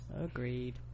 Agreed